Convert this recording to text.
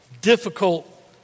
difficult